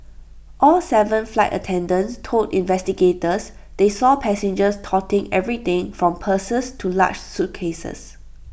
all Seven flight attendants told investigators they saw passengers toting everything from purses to large suitcases